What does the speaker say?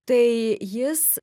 tai jis